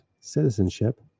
citizenship